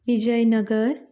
Vijayanagara